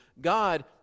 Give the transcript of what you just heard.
God